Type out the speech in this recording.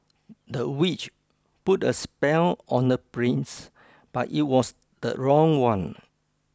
the witch put a spell on the prince but it was the wrong one